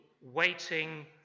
waiting